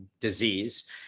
disease